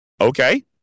okay